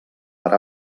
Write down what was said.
per